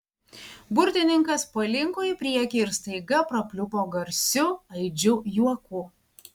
burtininkas palinko į priekį ir staiga prapliupo garsiu aidžiu juoku